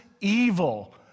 evil